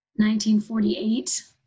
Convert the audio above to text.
1948